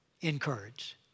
Encourage